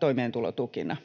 toimeentulotukina.